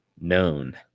known